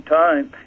time